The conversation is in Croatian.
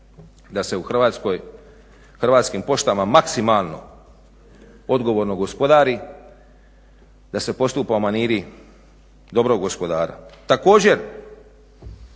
Hrvatskoj Hrvatskim poštama maksimalno odgovorno gospodari, da se postupa u maniri dobrog gospodara. Također